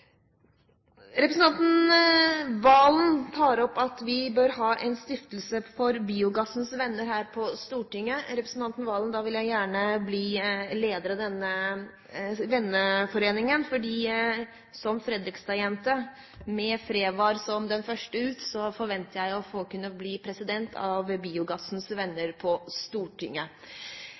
Representanten Serigstad Valen tar opp at vi bør ha en stiftelse av Biogassens Venner her på Stortinget. Da vil jeg gjerne bli leder av denne venneforeningen. Jeg er Fredrikstad-jente, og Frevar var først ute, så jeg forventer å kunne bli president for Biogassens Venner på Stortinget.